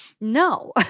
no